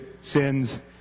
sins